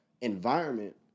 environment